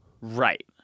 Right